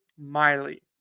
Miley